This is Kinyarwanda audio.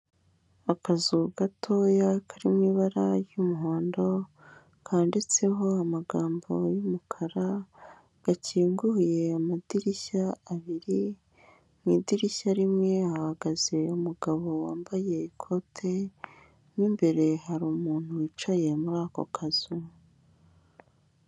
Akazu gatoya kari mu ibara ry'umuhondo kanditseho amagambo y'umukara gakinguye amadirishya abiri, mu idirishya rimwe hahagaze umugabo wambaye ikote mo imbere hari umuntu wicaye muri ako kazu.